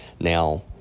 Now